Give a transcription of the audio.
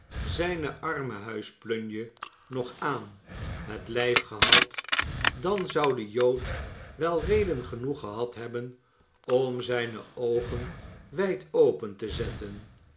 had noach zijne armhuisplunje nog aan het lijf gehad dan zou de jood wel reden genoeg gehad hebben om zijne oogen wijd open te zetten